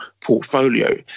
portfolio